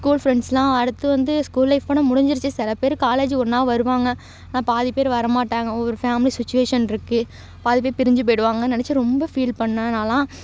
school ஃப்ரெண்ட்ஸ்லாம் அடுத்து வந்து ஸ்கூல் லைஃப் ஆனால் முடிஞ்சுடுச்சி சில பேர் காலேஜு ஒன்னாக வருவாங்க ஆனால் பாதி பேர் வரமாட்டாங்க ஒவ்வொரு ஃபேமிலி சுச்சுவேஷன் இருக்குது பாதி பேர் பிரிஞ்சு போய்டுவாங்கன்னு நெனைச்சி ரொம்ப ஃபீல் பண்ணேன் நான்லாம்